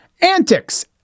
antics